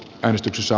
päivystyksessä